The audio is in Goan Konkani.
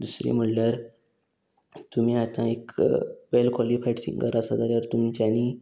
दुसरें म्हणल्यार तुमी आतां एक वेल कॉलिफायड सिंगर आसा जाल्यार तुमच्यांनी